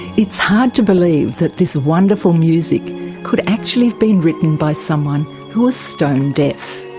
it's hard to believe that this wonderful music could actually have been written by someone who was stone deaf.